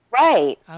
Right